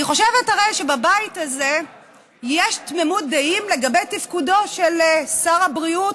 אני חושבת שהרי בבית הזה יש תמימות דעים לגבי תפקודו של שר הבריאות,